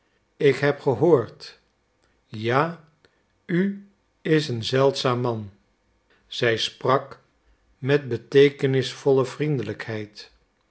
ik heb gehoord ja u is een zeldzaam man zij sprak met beteekenisvolle vriendelijkheid